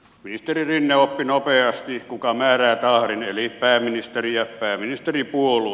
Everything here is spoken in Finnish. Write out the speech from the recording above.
ministeri rinne oppi nopeasti kuka määrää tahdin eli pääministeri ja pääministeripuolue